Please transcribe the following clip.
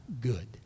good